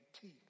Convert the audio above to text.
teeth